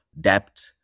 debt